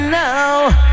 now